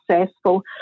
successful